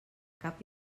cap